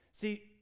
See